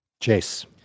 Chase